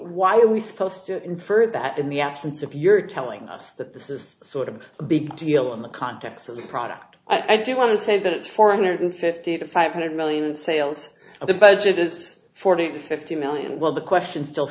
why are we supposed to infer that in the absence of you're telling us that this is sort of a big deal in the context of the product i do want to say that it's four hundred fifty to five hundred million sales of the budget is forty fifty million well the question still